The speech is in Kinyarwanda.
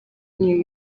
new